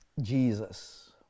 Jesus